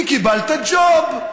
כי קיבלת ג'וב.